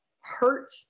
hurt